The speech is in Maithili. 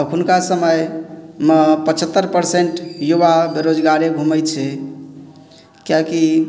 हुनका समयमे पचहत्तरि परसेन्ट युवा बेरोजगारे घुमै छै किएकि